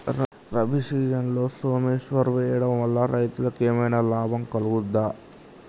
రబీ సీజన్లో సోమేశ్వర్ వేయడం వల్ల రైతులకు ఏమైనా లాభం కలుగుద్ద?